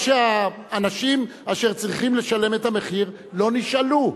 שהאנשים אשר צריכים לשלם את המחיר לא נשאלו.